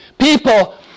People